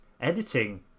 editing